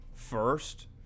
first